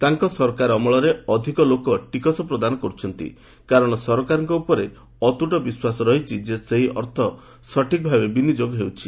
ତାଙ୍କ ସରକାର ଅମଳରେ ଅଧିକ ଲୋକ ଟିକସ ପ୍ରଦାନ କରୁଛନ୍ତି କାରଣ ସରକାରଙ୍କ ଉପରେ ଅତ୍ତ୍ଟ ବିଶ୍ୱାସ ରହିଛି ଯେ ସେହି ଅର୍ଥ ସଠିକ୍ ଭାବେ ବିନିଯୋଗ ହେଉଛି